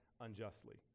unjustly